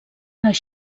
les